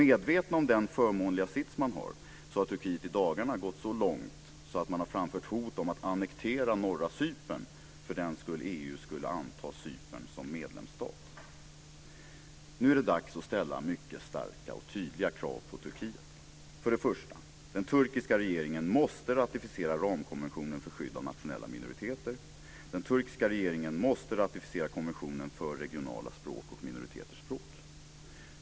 Medveten om sin förmånliga sits har Turkiet i dagarna gått så långt att man har framfört hot om att annektera norra Cypern för den händelse att EU Nu är det dags att ställa mycket starka och tydliga krav på Turkiet. För det första: Den turkiska regeringen måste ratificera ramkonventionen för skydd av nationella minoriteter, och den turkiska regeringen måste ratificera konventionen för regionala språk och minoriteters språk.